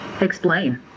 explain